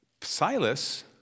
Silas